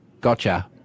gotcha